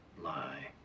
lie